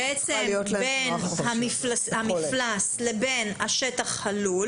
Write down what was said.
תנועה חופשית בין המפלס לבין שטח הלול